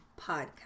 podcast